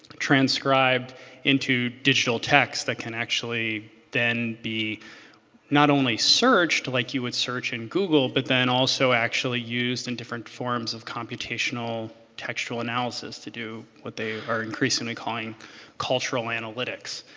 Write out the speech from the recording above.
transcribed into digital text that can actually then be not only searched like you would search in google. but then also actually used in different forms of computational textual analysis to do what they are increasingly calling cultural analytics.